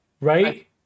right